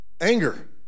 anger